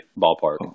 Ballpark